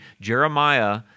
Jeremiah